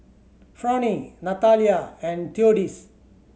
Fronie Natalia and Theodis